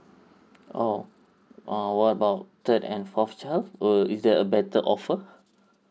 orh uh what about third and fourth child will is there a better offer